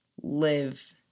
live